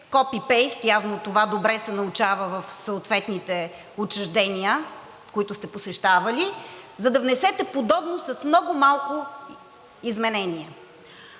копи-пейст – явно това добре се научава в съответните учреждения, които сте посещавали, подобно с много малко изменения.